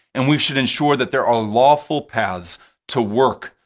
and we should ensure that there are lawful paths to work,